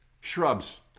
Shrubs